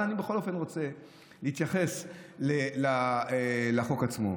אני בכל אופן רוצה להתייחס לחוק עצמו.